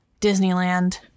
Disneyland